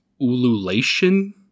ululation